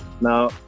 Now